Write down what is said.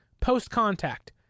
post-contact